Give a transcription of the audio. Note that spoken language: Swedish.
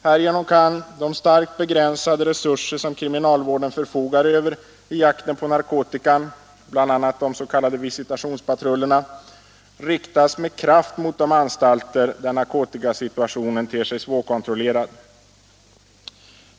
Härigenom kan de starkt begränsade resurser som kriminalvården förfogar över i jakten på narkotikan, bl.a. de s.k. visitationspatrullerna, riktas med kraft mot de anstalter där narkotikasituationen ter sig svårkontrollerad.